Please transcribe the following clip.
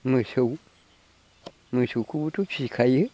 मोसौ मोसौखौबोथ' फिखायो